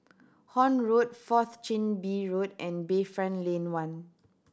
Horne Road Fourth Chin Bee Road and Bayfront Lane One